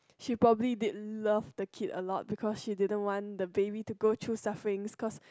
she probably did love the kid a lot because she didn't want the baby to go through sufferings because